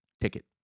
ticket